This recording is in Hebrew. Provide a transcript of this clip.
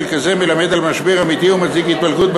כזה מלמד על משבר אמיתי ומצדיק התפלגות.